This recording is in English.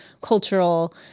cultural